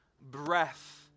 breath